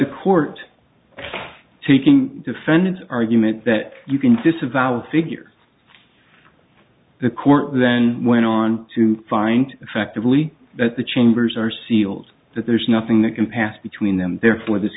the court taking defendants argument that you can disavow figure the court then went on to find attractively that the chambers are seals that there's nothing that can pass between them therefore this